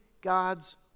God's